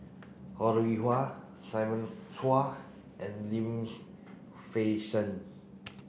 Ho Rih Hwa Simon Chua and Lim Fei Shen